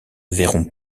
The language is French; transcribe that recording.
verront